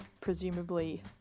presumably